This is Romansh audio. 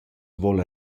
voul